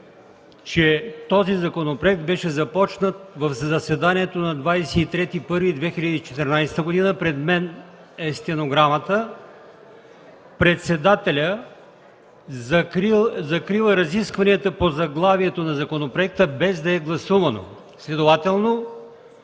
че този законопроект беше започнат в заседанието на 23 януари 2014 г., пред мен е стенограмата. Председателят закрива разискванията по заглавието на законопроекта, без да е гласувано. Следователно,